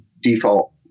default